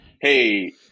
hey